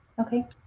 Okay